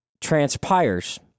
transpires